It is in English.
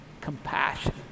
compassion